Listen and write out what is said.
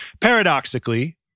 Paradoxically